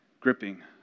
gripping